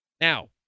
Now